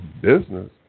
business